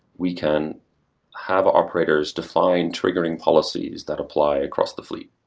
we can have operators define triggering policies that apply across the fleet.